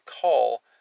call